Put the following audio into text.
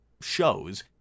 shows